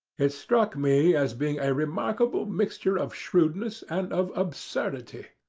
it struck me as being a remarkable mixture of shrewdness and of absurdity.